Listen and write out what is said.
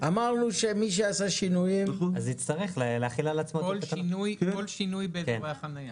-- אמרנו שמי שעשה שינויים --- כל שינוי באזורי החנייה.